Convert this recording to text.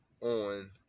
on